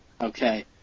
Okay